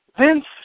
Vince